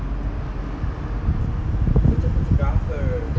I'm such a photographer